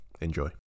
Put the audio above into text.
Enjoy